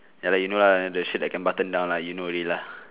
ya lah you know lah the shirt that can button down lah you know already lah